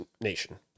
nation